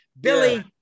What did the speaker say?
Billy